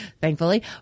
thankfully